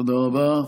תודה רבה.